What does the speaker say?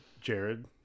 Jared